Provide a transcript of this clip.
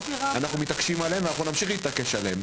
אנחנו מתעקשים עליהם ונמשיך להתעקש עליהם.